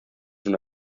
una